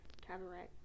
Cabaret